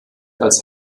als